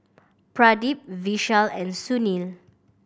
Pradip Vishal and Sunil